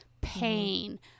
pain